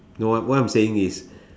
no what what I'm saying is